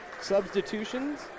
Substitutions